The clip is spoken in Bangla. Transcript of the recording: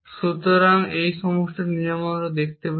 সুতরাং এই সমস্ত নিয়ম আমরা দেখতে পাচ্ছি